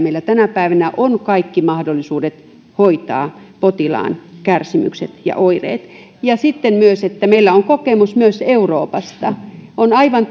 meillä on tänä päivänä kaikki mahdollisuudet hoitaa potilaan kärsimykset ja oireet sitten meillä on kokemus myös euroopasta on aivan